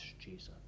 Jesus